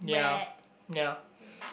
yeah yeah